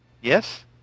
Yes